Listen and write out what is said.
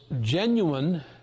genuine